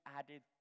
added